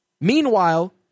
Meanwhile